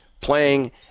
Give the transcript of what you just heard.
playing